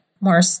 more